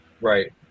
Right